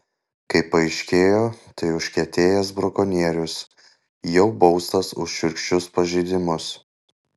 kaip paaiškėjo tai užkietėjęs brakonierius jau baustas už šiurkščius pažeidimus